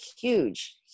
huge